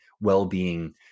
well-being